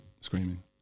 screaming